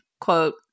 quote